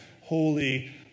holy